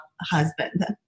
Husband